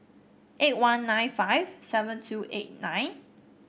eight one nine five seven two eight nine